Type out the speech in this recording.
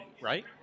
right